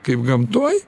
kaip gamtoj